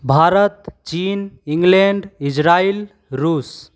भारत चीन England Israel रूस